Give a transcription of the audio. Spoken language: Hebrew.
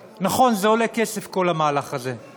נכון, זה עולה כסף, כל המהלך הזה.